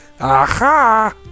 aha